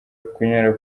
kunyara